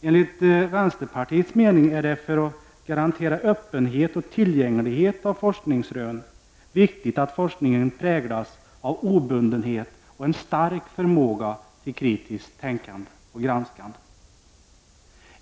Enligt vänsterpartiets mening är det viktigt, för att öppenhet och tillgänglighet av forskningsrön skall kunna garanteras, att forskningen präglas av obundenhet och en stark förmåga till kritiskt tänkande och granskande.